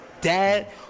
dad